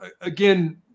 again